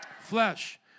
Flesh